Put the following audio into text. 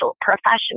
professional